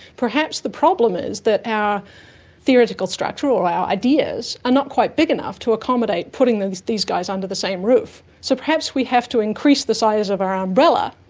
perhaps the problem is that our theoretical structure or our ideas are not quite big enough to accommodate putting these guys under the same roof. so perhaps we have to increase the size of our umbrella,